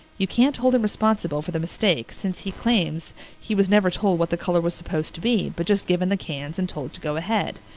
you can't hold him responsible for the mistake, since he claims he was never told what the color was supposed to be but just given the cans and told to go ahead.